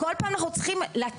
כל פעם אנחנו צריכים לצאת,